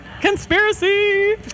Conspiracy